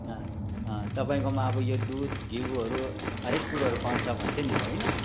अँ अँ तपाईँकोमा अब यो दुध घिउहरू हरेक कुराहरू पाउँछ भन्थ्यो नि होइन